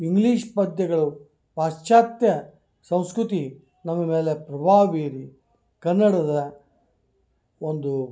English ಪದ್ಯಗಳು ಪಾಶ್ಚಾತ್ಯ ಸಂಸ್ಕೃತಿ ನಮ್ಮ ಮೇಲೆ ಪ್ರಭಾವ ಬೀರಿ ಕನ್ನಡದ ಒಂದು